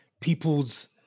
people's